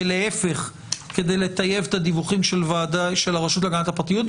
ולהיפך כדי לטייב את הדיווחים של הרשות להגנת הפרטיות.